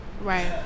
Right